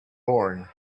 born